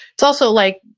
it's also like,